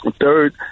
Third